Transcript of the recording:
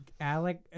Alec